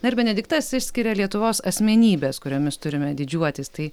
na ir benediktas išskiria lietuvos asmenybes kuriomis turime didžiuotis tai